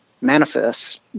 manifest